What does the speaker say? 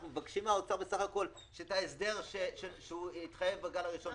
אנחנו מבקשים מהאוצר בסך הכול את ההסדר שהוא התחייב בגל הראשון.